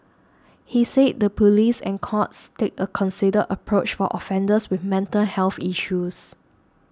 he said the police and courts take a considered approach for offenders with mental health issues